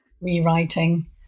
rewriting